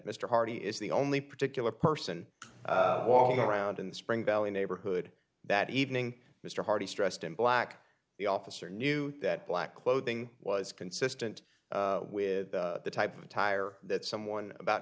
mr hardy is the only particular person walking around in the spring valley neighborhood that evening mr hardy stressed in black the officer knew that black clothing was consistent with the type of attire that someone about